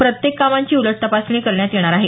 प्रत्येक कामांची उलट तपासणी करण्यात येणार आहे